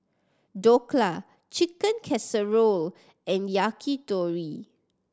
Dhokla Chicken Casserole and Yakitori